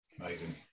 Amazing